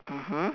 mmhmm